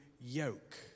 yoke